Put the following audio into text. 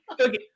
Okay